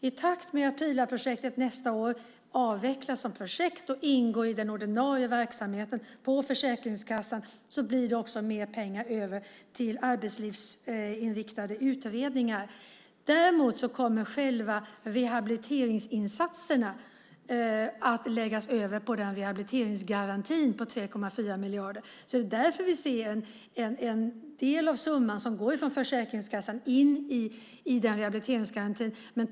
I takt med att Pilaprojektet nästa år avvecklas som projekt och ingår i den ordinarie verksamheten på Försäkringskassan blir det också mer pengar över till arbetslivsinriktade utredningar. Däremot kommer själva rehabiliteringsinsatserna att läggas över på rehabiliteringsgarantin på 3,4 miljarder. Det är därför vi ser att en del av summan går från Försäkringskassan in i rehabiliteringsgarantin.